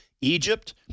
Egypt